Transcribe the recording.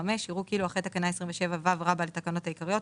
יראו כאילו אחרי תקנה 27ו לתקנות העיקריות,